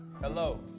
Hello